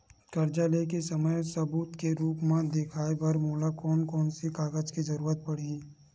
कर्जा ले के समय सबूत के रूप मा देखाय बर मोला कोन कोन से कागज के जरुरत पड़ही?